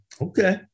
Okay